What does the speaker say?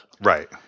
right